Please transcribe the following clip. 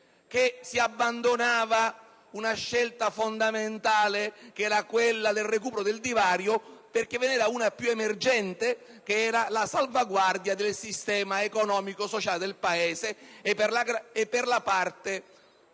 che si abbandonava una scelta fondamentale quale quella del recupero del divario perché ve n'era una più emergente, cioè la salvaguardia del sistema economico-sociale del Paese e della parte